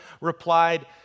replied